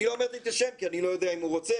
אני לא אמרתי את השם כי אני לא יודע אם הוא רוצה,